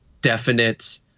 Definite